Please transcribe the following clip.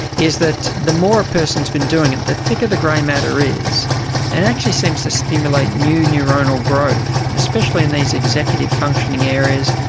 is that the more a person has been doing it, the thicker the grey matter is, and it actually seems to stimulate new neuronal growth, especially in these executive functioning areas,